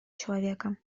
человека